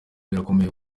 birakomeye